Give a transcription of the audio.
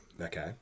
Okay